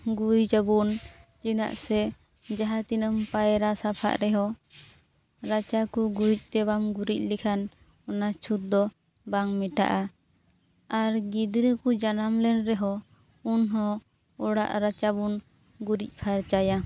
ᱜᱩᱨᱤᱡᱽ ᱟᱵᱚᱱ ᱪᱮᱫᱟᱜ ᱥᱮ ᱡᱟᱦᱟᱸ ᱛᱤᱱᱟᱹᱢ ᱯᱟᱭᱨᱟ ᱥᱟᱯᱷᱟᱜ ᱨᱮᱦᱚᱸ ᱨᱟᱪᱟ ᱠᱚ ᱜᱩᱨᱤᱡᱽ ᱛᱮ ᱵᱟᱝ ᱜᱩᱨᱤᱡᱽ ᱞᱮᱠᱷᱟᱱ ᱚᱱᱟ ᱪᱷᱩᱛ ᱫᱚ ᱵᱟᱝ ᱢᱮᱴᱟᱜᱼᱟ ᱟᱨ ᱜᱤᱫᱽᱨᱟᱹ ᱠᱚ ᱡᱟᱱᱟᱢ ᱞᱮᱱ ᱨᱮᱦᱚᱸ ᱩᱱᱦᱚᱸ ᱚᱲᱟᱜ ᱨᱟᱪᱟᱵᱚᱱ ᱜᱩᱨᱤᱡᱽ ᱯᱷᱟᱨᱪᱟᱭᱟ